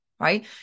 Right